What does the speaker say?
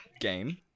game